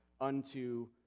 unto